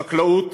החקלאות